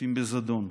מסלפים בזדון,